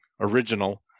original